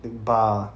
bar